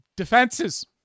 Defenses